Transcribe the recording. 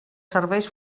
serveis